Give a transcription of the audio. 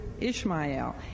Ishmael